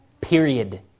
period